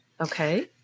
Okay